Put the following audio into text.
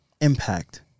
impact